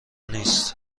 نیست